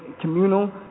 communal